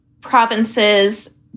provinces